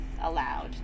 allowed